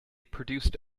produced